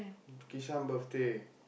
Kishan birthday